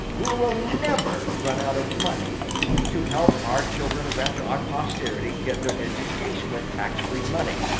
we will never run out of money to help our children grandchild our posterity get their education with tax-free money.